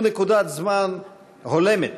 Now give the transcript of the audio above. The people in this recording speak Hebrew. הוא נקודת זמן הולמת